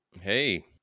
Hey